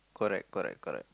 correct correct correct